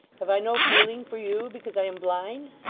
have i no feeling for you, because i am blind?